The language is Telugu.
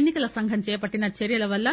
ఎన్నికల సంఘం చేపట్టిన చర్యల వల్ల